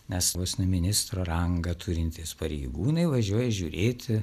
nes vos ne ministro rangą turintys pareigūnai važiuoja žiūrėti